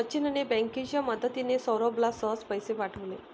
सचिनने बँकेची मदतिने, सौरभला सहज पैसे पाठवले